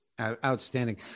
Outstanding